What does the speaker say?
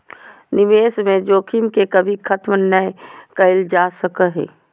निवेश में जोखिम के कभी खत्म नय कइल जा सको हइ